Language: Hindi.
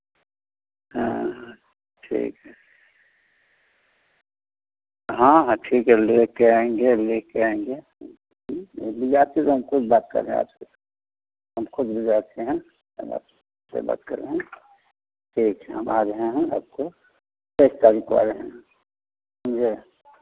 हाँ हाँ ठीक है हाँ हाँ ठीक है लेके आएँगे लेके आएँगे इसलिए आपसे तो हम खुद बात कर रहे हैं आपसे हम खुद भिजवाते हैं हम आपसे बात कर रहे हैं ठीक है हम आ रहे हैं आपको तेइस तारीख को आ रहे हैं समझे